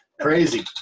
Crazy